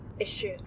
issue